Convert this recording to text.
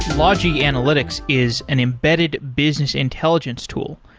logi analytics is an embedded business intelligence tool.